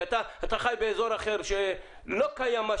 כי אתה חי באזור אחר שלא קיים מה